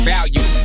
Value